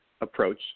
approach